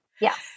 Yes